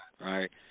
right